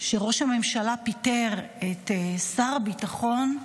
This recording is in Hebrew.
שראש הממשלה פיטר את שר הביטחון,